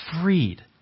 freed